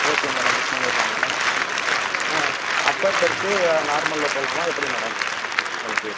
okay madam book பண்ணிடலாம் madam ஆ upper berth நார்மலில் போடலாமா எப்படி மேடம் உங்களுக்கு